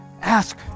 Ask